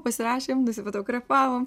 pasirašėm nusifotografavom